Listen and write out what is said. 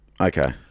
Okay